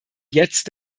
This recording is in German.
jetzt